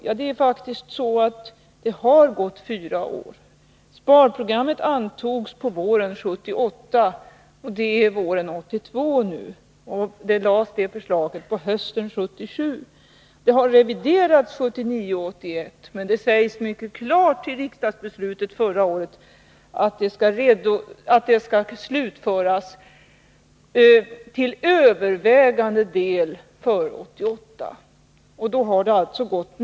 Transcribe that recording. Men det har faktiskt gått fyra år. Sparprogrammet antogs på våren 1978, och det är nu våren 1982. Förslaget lades fram hösten 1977. Programmet har reviderats 1979 och 1981. Det sägs mycket klart i riksdagsbeslutet förra året att programmet till övervägande del bör slutföras före 1988.